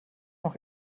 noch